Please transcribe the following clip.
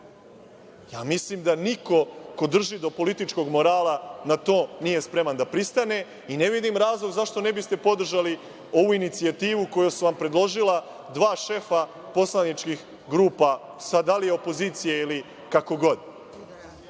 Ja mislim da niko ko drži do političkog morala na to nije spreman da pristane i ne vidim razlog zašto ne biste podržali ovu inicijativu koju su vam predložila dva šefa poslaničkih grupa, sad, da li opozicije ili, kako god.